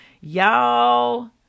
Y'all